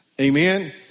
Amen